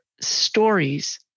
stories